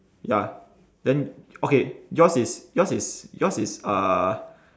ya then okay yours is yours is yours is uh